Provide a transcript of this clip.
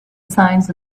signs